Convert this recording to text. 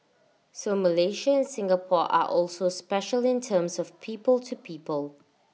so Malaysia and Singapore are also special in terms of people to people